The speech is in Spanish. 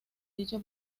dicho